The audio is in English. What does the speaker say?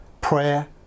Prayer